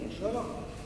לא, לא.